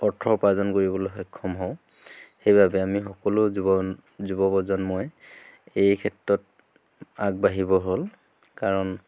অৰ্থ উপাৰ্জন কৰিবলৈ সক্ষম হওঁ সেইবাবে আমি সকলো যুৱ যুৱ প্ৰজন্মই এই ক্ষেত্ৰত আগবাঢ়িবৰ হ'ল কাৰণ